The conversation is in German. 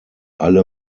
alle